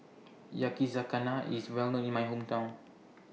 Yakizakana IS Well known in My Hometown